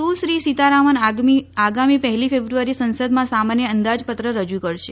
સુશ્રી સીતારામન આગામી પહેલી ફેબ્રુઆરીએ સંસદમાં સામાન્ય અંદાજપત્ર રજુ કરશે